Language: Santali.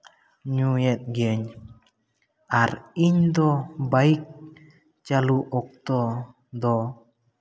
ᱧᱩᱭᱮᱫ ᱜᱤᱭᱟᱹᱧ ᱟᱨ ᱤᱧᱫᱚ ᱵᱟᱭᱤᱠ ᱪᱟᱹᱞᱩ ᱚᱠᱛᱚ ᱫᱚ